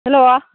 hello